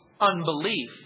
unbelief